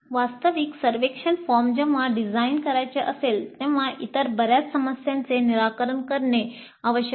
वास्तविक सर्वेक्षण फॉर्म जेव्हा डिझाइन करायचे असेल तेव्हा इतर बर्याच समस्यांचे निराकरण करणे आवश्यक आहे